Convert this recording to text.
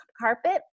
carpet